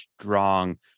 strong